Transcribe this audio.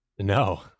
No